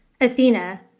Athena